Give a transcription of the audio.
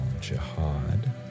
Jihad